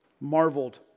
marveled